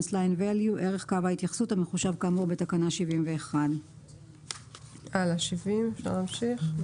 line value (ערך קו ההתייחסות) המחושב כאמור בתקנה 71. 70.חישוב